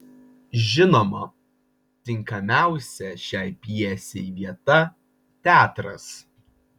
žinoma tinkamiausia šiai pjesei vieta teatras